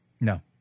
no